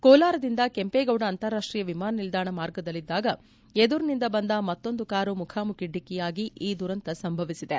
ಕೋಲಾರದಿಂದ ಕೆಂಪೇಗೌಡ ಅಂತಾರಾಷ್ಷೀಯ ವಿಮಾನ ನಿಲ್ದಾಣ ಮಾರ್ಗದಲ್ಲಿದ್ದಾಗ ಎದುರಿನಿಂದ ಬಂದ ಮತ್ತೊಂದು ಕಾರು ಮುಖಾಮುಖಿ ಡಿಕ್ಕಿಯಾಗಿ ಈ ದುರಂತ ಸಂಭವಿಸಿದೆ